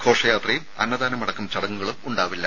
ഘോഷയാത്രയും അന്നദാനമടക്കം ചടങ്ങുകളും ഉണ്ടാവില്ല